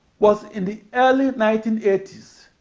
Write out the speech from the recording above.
was in the early nineteen eighty s.